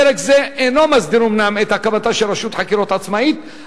פרק זה אינו מסדיר אומנם את הקמתה של רשות חקירות עצמאית,